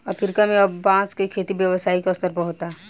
Africa में अब बांस के खेती व्यावसायिक स्तर पर होता